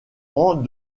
rang